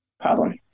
problem